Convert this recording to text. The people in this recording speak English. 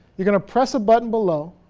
you're gonna press a button below,